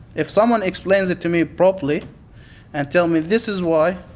if someone explains it to me properly and tell me this is why,